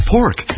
Pork